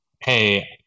hey